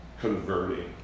converting